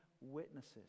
witnesses